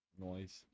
noise